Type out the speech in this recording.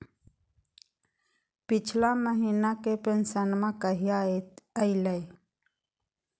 पिछला महीना के पेंसनमा कहिया आइले?